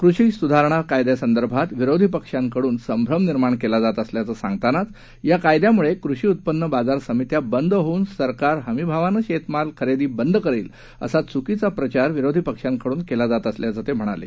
कृषी सुधारणा कायद्यासंदर्भात विरोधी पक्षांकडुन संभ्रम निर्माण केला जात असल्याचं सांगतानाच या कायद्यामुळे कृषी उत्पन्न बाजार समित्या बंद होऊन सरकार हमीभावानं शेतमाल खरेदी बंद करेल असा चुकीचा प्रचार विरोधी पक्षांकडुन केला जात असल्याचं ते म्हणाले